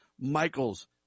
Michael's